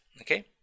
okay